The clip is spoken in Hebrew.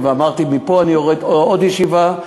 מפה אני יורד לעוד ישיבה,